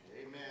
Amen